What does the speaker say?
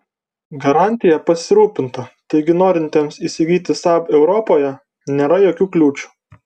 garantija pasirūpinta taigi norintiems įsigyti saab europoje nėra jokių kliūčių